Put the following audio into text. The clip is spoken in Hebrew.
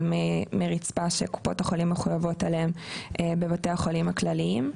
מרצפה שקופות החולים מחויבות עליהם בבתי החולים הכלליים,